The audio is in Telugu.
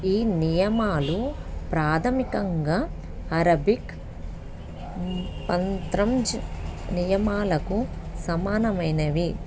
ఈ నియమాలు ప్రాథమికంగా అరబిక్ షత్రంజ్ నియమాలకు సమానమైనవి